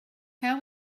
how